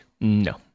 No